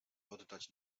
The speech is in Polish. oddać